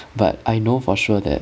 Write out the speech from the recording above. but I know for sure that